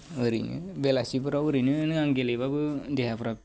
ओरैनो बेलासिफोराव ओरैनोनो आं गेलेबाबो देहाफोरा